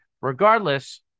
regardless